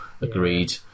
agreed